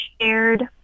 shared